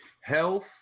Health